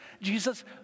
Jesus